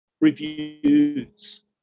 reviews